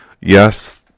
yes